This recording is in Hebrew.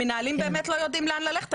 המנהלים באמת לא יודעים לאן ללכת.